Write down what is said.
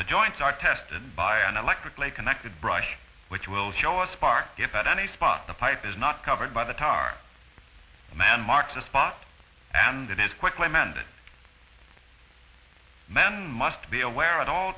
the joints are tested by an electrically connected brush which will show us part if at any spot the pipe is not covered by the tar men mark the spot and it is quickly mended men must be aware at all